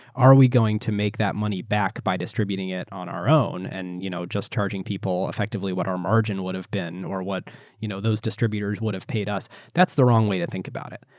are we going to make that money back by distributing it on our own? and you know just charging people effectively what our margin would've been or what you know those distributors would've paid us a that's the wrong way to think about it.